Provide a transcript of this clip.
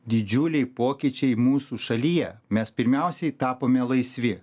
didžiuliai pokyčiai mūsų šalyje mes pirmiausiai tapome laisvi